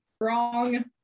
Wrong